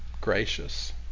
gracious